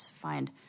find